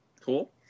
Cool